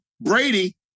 Brady